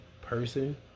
person